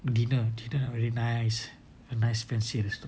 dinner dinner very nice a nice fancy restaurant